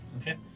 Okay